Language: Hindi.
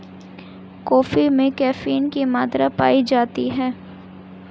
कॉफी में कैफीन की मात्रा पाई जाती है